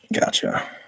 Gotcha